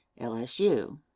lsu